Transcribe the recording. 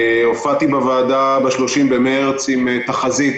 הופעתי בוועדה ב-30 במרץ עם תחזית